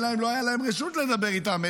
לא הייתה להם רשות לדבר איתם,